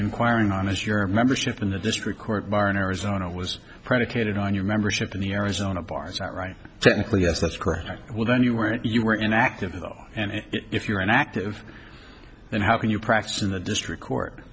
inquiring on as your membership in the district court in arizona was predicated on your membership in the arizona bars that right technically yes that's correct well then you weren't you were in active and if you're an active and how can you practice in the district court